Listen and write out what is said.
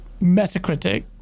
Metacritic